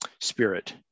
spirit